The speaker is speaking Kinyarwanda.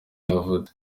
yavutse